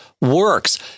works